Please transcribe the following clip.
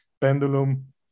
pendulum